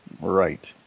Right